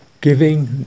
giving